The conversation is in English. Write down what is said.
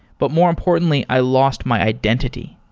but more importantly, i lost my identity.